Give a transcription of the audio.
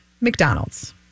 McDonald's